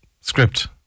script